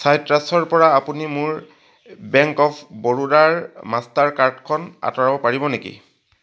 চাইট্ৰাছৰ পৰা আপুনি মোৰ বেংক অৱ বৰোদাৰ মাষ্টাৰ কাৰ্ডখন আঁতৰাব পাৰিব নেকি